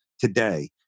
today